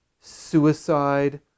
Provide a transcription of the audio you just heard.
suicide